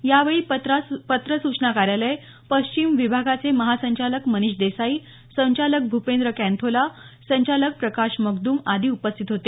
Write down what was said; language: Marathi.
यावेळी पत्र सूचना कार्यालय पश्चिम विभागाचे महासंचालक मनीष देसाई संचालक भूपेंद्र कँथोला संचालक प्रकाश मकदुम आदी उपस्थित होते